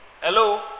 hello